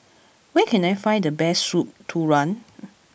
where can I find the best soup Tulang